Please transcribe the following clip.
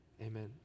Amen